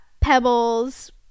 pebbles